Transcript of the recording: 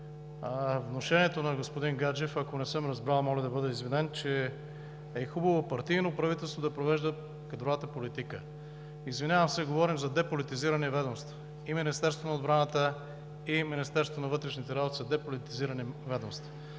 внушението на господин Гаджев – ако не съм разбрал, моля да бъда извинен, че е хубаво партийно правителство да провежда кадровата политика. Извинявам се, говорим за деполитизирани ведомства – и Министерството на отбраната, и Министерството на вътрешните работи са деполитизирани.